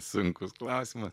sunkus klausimas